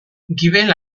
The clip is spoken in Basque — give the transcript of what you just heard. gibel